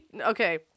Okay